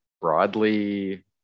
broadly